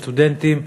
סטודנטים,